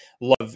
love